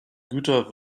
güter